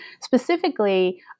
specifically